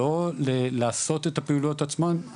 לא לעשות את הפעולות עצמן,